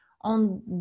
on